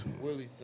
Willie